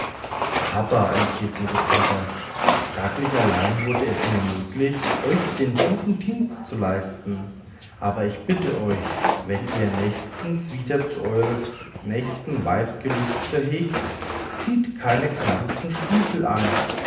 papa entgegnete peter dadurch allein wurde es mir möglich euch den guten dienst zu leisten aber ich bitte euch wenn ihr nächstens wieder zu eures nächsten weib gelüste hegt zieht keine knarrenden stiefel an